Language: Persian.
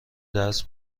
درس